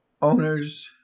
owners